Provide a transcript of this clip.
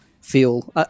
feel –